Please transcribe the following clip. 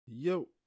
Yo